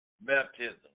Baptism